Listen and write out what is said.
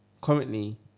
Currently